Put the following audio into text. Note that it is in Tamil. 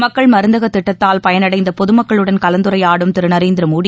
மக்கள் மருந்தக திட்டத்தால் பயனடைந்த பொதுமக்களுடன் கலந்துரையாடும் திரு நரேந்திர மோடி